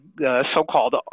so-called